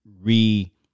re